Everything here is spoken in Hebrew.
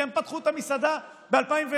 כי הם פתחו את המסעדה ב-2020.